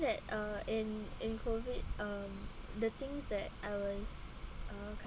that uh in in COVID um the things that I was uh